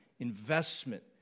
investment